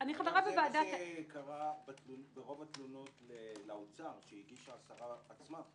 זה מה שקרה ברוב התלונות לאוצר, שהגישה השרה עצמה.